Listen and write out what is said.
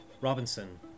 Robinson